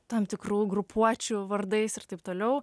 tam tikrų grupuočių vardais ir taip toliau